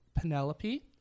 Penelope